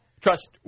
trust